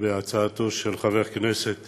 לפי הצעתו של חבר הכנסת